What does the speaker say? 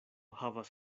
havas